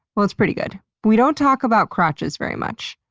well, it's pretty good. we don't talk about crotches very much,